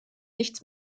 nichts